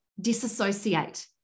disassociate